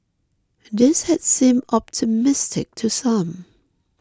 this had seemed optimistic to some